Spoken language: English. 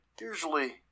usually